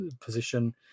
position